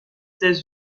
états